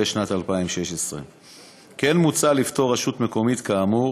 שנת 2016. כמו כן מוצע לפטור רשות מקומית כאמור